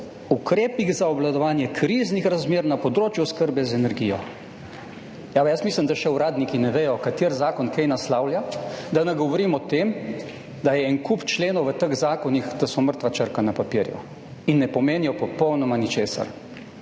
ukrepih za obvladovanje kriznih razmer na področju oskrbe z energijo. Jaz mislim, da še uradniki ne vedo kateri zakon kaj naslavlja, da ne govorim o tem, da je en kup členov v teh zakonih, da so mrtva črka na papirju in ne pomenijo popolnoma ničesar